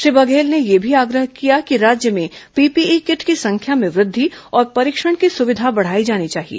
श्री बघेल ने यह भी आग्रह किया कि राज्य में पीपीई किट की संख्या में वृद्धि और परीक्षण की सुविधा बढ़ाई जानी चाहिए